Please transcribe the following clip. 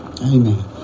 Amen